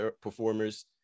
performers